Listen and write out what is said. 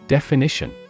Definition